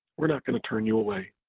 we're not gonna turn you away.